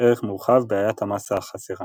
ערך מורחב – בעיית המסה החסרה